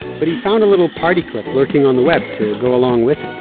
but he found a little party clip lurking on the web to go along with it